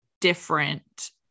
different